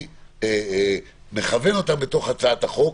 אני מכוון אותם בתוך הצעת החוק,